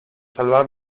salvar